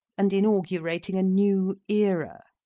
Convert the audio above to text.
and inaugurating a new era.